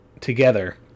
together